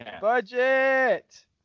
Budget